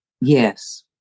Yes